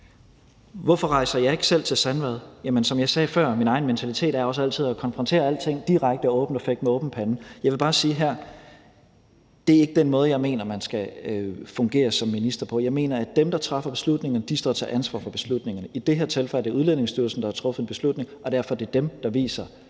Hvorfor rejser jeg ikke selv til Sandvad? Som jeg sagde før, er min egen mentalitet også altid at konfrontere alting direkte og åbent og fægte med åben pande. Jeg vil her bare sige, at det ikke er den måde, jeg mener man som minister skal fungere på. Jeg mener, at dem, der træffer beslutningerne, står til ansvar for beslutningerne. I det her tilfælde er det Udlændingestyrelsen, der har truffet en beslutning, og derfor er det dem, der viser,